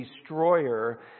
destroyer